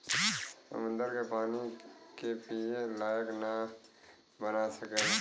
समुन्दर के पानी के पिए लायक ना बना सकेला